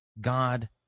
God